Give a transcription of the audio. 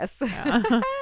Yes